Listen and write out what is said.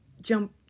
jump